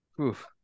Oof